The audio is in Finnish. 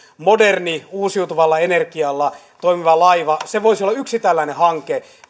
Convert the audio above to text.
moderni uusiutuvalla energialla toimiva laiva se voisi olla yksi tällainen hanke